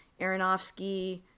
Aronofsky